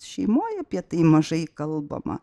šeimoj apie tai mažai kalbama